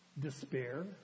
despair